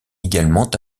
également